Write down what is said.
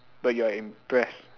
but you're impressed